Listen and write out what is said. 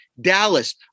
Dallas